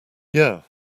yeah